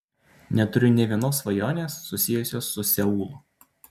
neturiu nė vienos svajonės susijusios su seulu